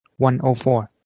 104